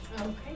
Okay